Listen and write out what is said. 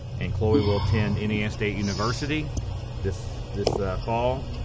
and chloe will attend indiana state university this this fall,